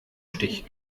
stich